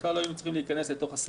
בכלל לא היינו צריכים להיכנס לשדה